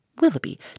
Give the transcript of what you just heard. Willoughby